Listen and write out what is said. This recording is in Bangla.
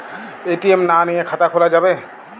এ.টি.এম না নিয়ে খাতা খোলা যাবে?